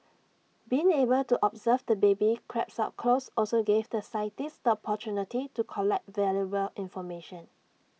being able to observe the baby crabs up close also gave the scientists the opportunity to collect valuable information